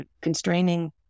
constraining